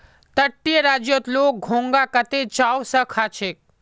तटीय राज्यत लोग घोंघा कत्ते चाव स खा छेक